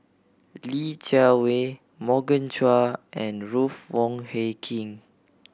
Li Jiawei Morgan Chua and Ruth Wong Hie King